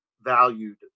valued